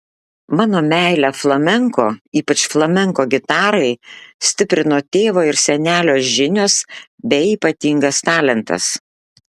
mano meilę flamenko ypač flamenko gitarai stiprino tėvo ir senelio žinios bei ypatingas talentas